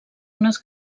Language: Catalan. unes